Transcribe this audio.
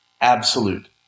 absolute